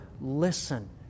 listen